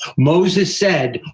moses said,